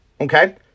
okay